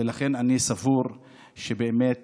ולכן אני סבור שבאמת